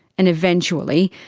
and eventually,